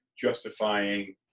justifying